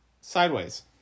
sideways